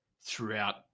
throughout